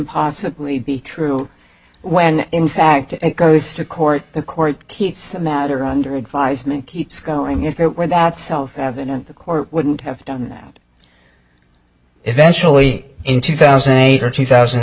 possibly be true when in fact it goes to court the court keeps the matter under advisement keeps going if it were that self evident the court wouldn't have done that eventually in two thousand and eight or two thousand